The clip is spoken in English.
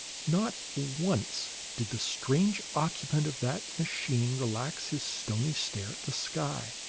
not once did the strange occupant of that machine relax his stony stare at the sky,